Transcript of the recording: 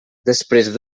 després